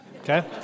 okay